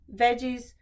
veggies